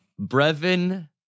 Brevin